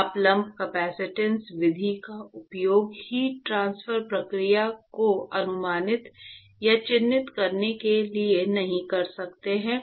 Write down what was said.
आप lump capacitance विधि का उपयोग हीट ट्रांसफर प्रक्रिया को अनुमानित या चिह्नित करने के लिए नहीं कर सकते हैं